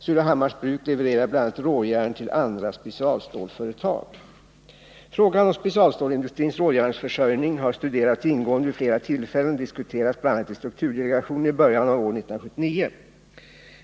Surahammars Bruk levererar bl.a. råjärn till andra specialstålsföretag. Frågan om specialstålsindustrins råjärnsförsörjning har studerats ingående vid flera tillfällen och diskuterats bl.a. i strukturdelegationen i början av år 1979.